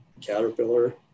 Caterpillar